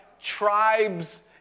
tribes